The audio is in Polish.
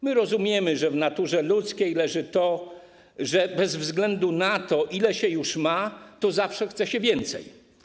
My rozumiemy, że w naturze ludzkiej leży to, że bez względu na to, ile się już ma, to zawsze chce się więcej.